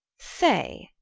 say,